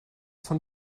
von